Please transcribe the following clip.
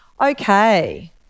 Okay